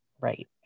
right